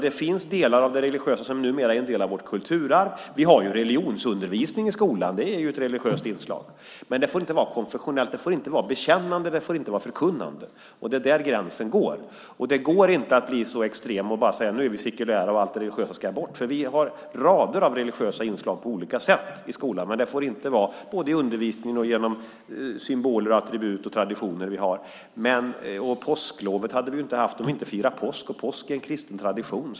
Det finns delar av det religiösa som numera är en del av vårt kulturarv. Vi har religionsundervisning i skolan. Det är ett religiöst inslag, men det får inte vara konfessionellt, bekännande eller förkunnande. Det är där gränsen går. Det går inte att bli så extrem och säga att vi nu är sekulära och allt religiöst ska bort. Vi har rader av religiösa inslag på olika sätt i skolan både i undervisning och genom symboler, attribut och traditioner. Vi hade inte haft påsklov om vi inte firade påsk, och påsk är en kristen tradition.